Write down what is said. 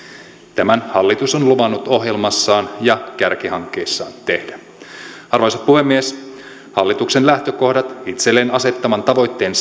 tämän hallitus on luvannut ohjelmassaan ja kärkihankkeissaan tehdä arvoisa puhemies hallituksen lähtökohdat itselleen asettaman tavoitteen